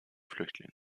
flüchtlinge